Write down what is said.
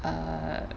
err